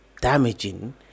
damaging